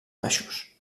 baixos